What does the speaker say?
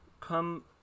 come